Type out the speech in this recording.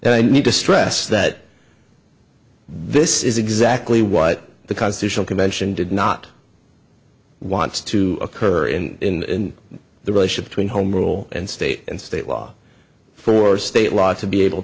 and i need to stress that this is exactly what the constitutional convention did not want to occur in the relation between home rule and state and state law for state law to be able